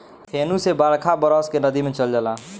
फेनू से बरखा बरस के नदी मे चल जाला